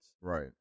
Right